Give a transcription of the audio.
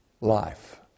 life